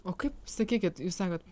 o kaip sakykit jūs sakote